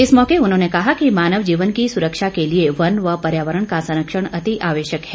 इस मौके उन्होंने कहा कि मानव जीवन की सुरक्षा के लिए वन व पर्यावरण का संरक्षण अति आवश्यक है